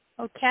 okay